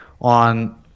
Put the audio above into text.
on